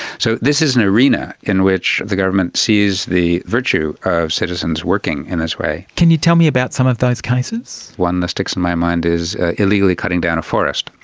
so this is an arena in which the government sees the virtue of citizens working in this way. can you tell me about some of those cases? one that sticks in my mind is illegally cutting down a forest,